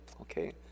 okay